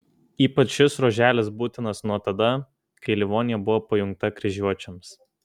ypač šis ruoželis būtinas nuo tada kai livonija buvo pajungta kryžiuočiams